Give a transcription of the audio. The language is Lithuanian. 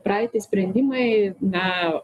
praeiti sprendimai na